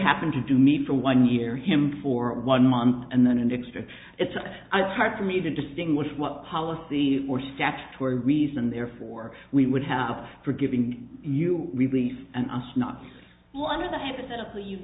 happen to me for one year him for one month and then and expect it's i was hard for me to distinguish what policy or statutory reason therefore we would have for giving you relief and us not one of the hypothetical you've